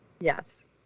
Yes